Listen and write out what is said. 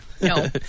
No